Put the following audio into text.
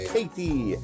Katie